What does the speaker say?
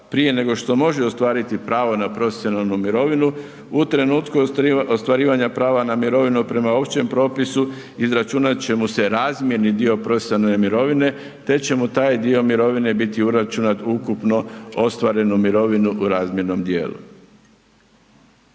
prije nego što može ostvariti pravo na profesionalnu mirovinu u trenutku ostvarivanja prava na mirovinu prema općem propisu izračunat će mu se razmjerni dio profesionalne mirovine te će mu taj dio mirovine biti uračunat u ukupno ostvarenu mirovinu u razmjernom dijelu.